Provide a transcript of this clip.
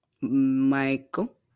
Michael